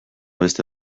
beste